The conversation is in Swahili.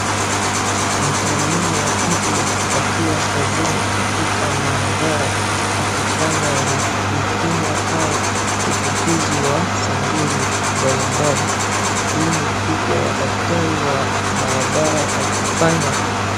Mtaalamu wa afya akiwa kazini katika maabara akifanya vipimo au uchukuzj waa sampuli mbalimbali. Hiyo ni picha ya daktari wa maabara akifanya...